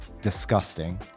disgusting